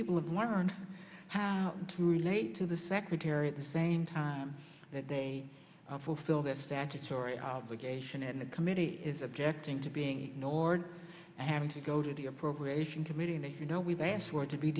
people have learned how to relate to the secretary at the same time that they fulfill their statutory obligation and the committee is objecting to being ignored and having to go to the appropriations committee and if you know we've asked for it to be